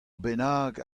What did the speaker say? bennak